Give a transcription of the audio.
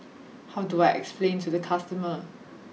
how do I explain to the customer